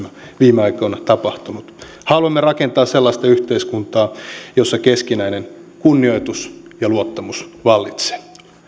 viime aikoina tapahtunut haluamme rakentaa sellaista yhteiskuntaa jossa keskinäinen kunnioitus ja luottamus vallitsee